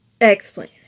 Explain